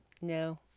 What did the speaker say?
No